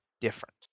different